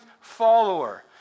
follower